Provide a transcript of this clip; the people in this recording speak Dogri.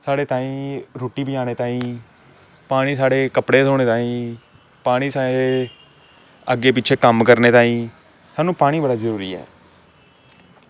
साढ़े ताहीं रुट्टी ताहीं पानी साढ़े कपड़े धोने ताहीं पानी साढ़े अग्गें पिच्छें कम्म करने ताहीं सानूं पानी बड़ा जरूरी ऐ